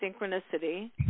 synchronicity